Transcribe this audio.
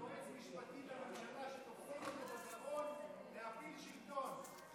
יועץ משפטי לממשלה שתופסים אותו בגרון להפיל שלטון.